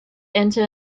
enter